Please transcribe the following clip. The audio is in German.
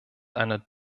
einer